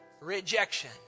rejection